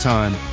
Time